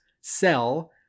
sell